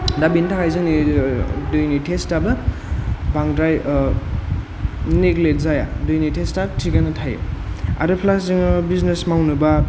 दा बेनि थाखाय जोंनि दैनि टेस्टाबो बांद्राय नेग्लेक्ट जाया दैनि टेस्टा थिगानो थायो आरो प्लास जोङो बिजनेस मावनोबा